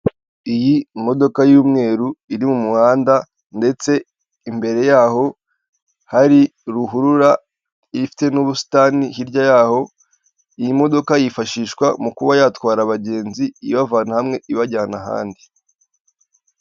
Iyi modoka y'umweru iri mu muhanda ndetse imbere y'aho hari ruhurura ifite n'ubusitani hirya y'aho, iyi modoka yifashishwa mu kuba yatwara abagenzi ibavana hamwe ibajyana ahandi.